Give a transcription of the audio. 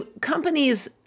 companies